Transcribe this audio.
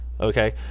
Okay